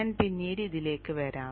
ഞാൻ പിന്നീട് ഇതിലേക്ക് വരാം